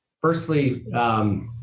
firstly